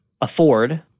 afford